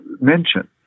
mention